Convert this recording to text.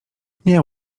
nie